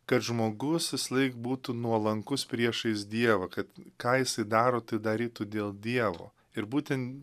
kad žmogus visąlaik būtų nuolankus priešais dievą kad ką jisai daro tai darytų dėl dievo ir būtent